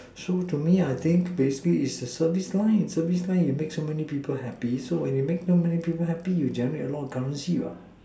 so to me I think basically is the service line service line you make so many of people happy so many people happy you generate a lot of currency